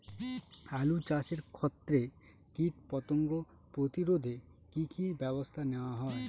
আলু চাষের ক্ষত্রে কীটপতঙ্গ প্রতিরোধে কি কী ব্যবস্থা নেওয়া হয়?